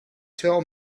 tell